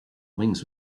wings